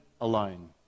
alone